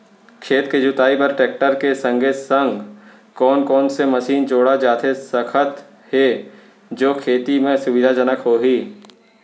खेत के जुताई बर टेकटर के संगे संग कोन कोन से मशीन जोड़ा जाथे सकत हे जो खेती म सुविधाजनक होही?